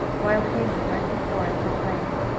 while haman went before and proclaimed,